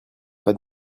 pas